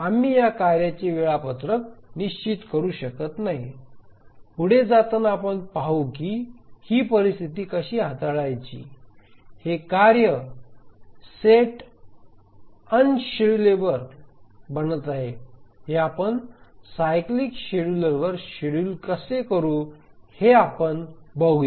आम्ही या कार्यांचे वेळापत्रक निश्चित करू शकत नाही पुढे जाताना आपण पाहू की ही परिस्थिती कशी हाताळायची हे कार्य सेट अनशेड्यूलेबल बनत आहे हे आपण सायक्लीक शेड्यूलर वर शेड्युल कसे करू हे आपण बघूया